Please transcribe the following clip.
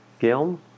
Gilm